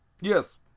Yes